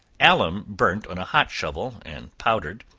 alum burnt on a hot shovel, and powdered,